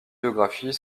biographies